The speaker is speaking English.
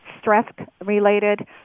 stress-related